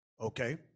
okay